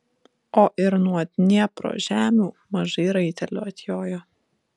o ir nuo dniepro žemių mažai raitelių atjojo